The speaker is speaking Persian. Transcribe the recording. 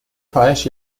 کاهش